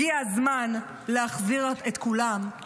הגיע הזמן להחזיר את כולם,